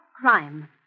crime